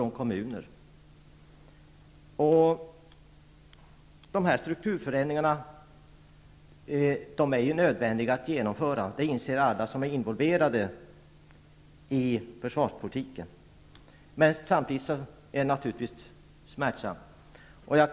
Alla som är involverade i försvarspolitiken inser att det är nödvändigt att genomföra dessa strukturförändringar. Men det är naturligtvis samtidigt smärtsamt.